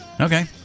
Okay